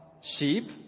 sheep